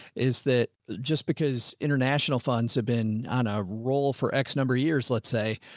is that just because international funds have been on a roll for x number of years, let's say,